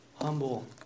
humble